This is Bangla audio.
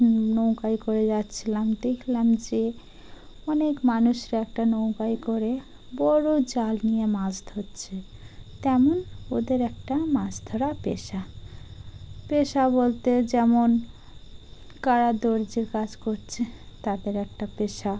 নৌকায় করে যাচ্ছিলাম দেখলাম যে অনেক মানুষরা একটা নৌকায় করে বড়ো জাল নিয়ে মাছ ধরছে তেমন ওদের একটা মাছ ধরা পেশা পেশা বলতে যেমন কারা দর্জির কাজ করছে তাদের একটা পেশা